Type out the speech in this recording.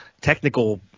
technical